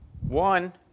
One